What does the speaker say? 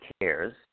cares